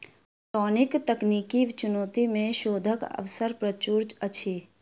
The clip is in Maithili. पटौनीक तकनीकी चुनौती मे शोधक अवसर प्रचुर अछि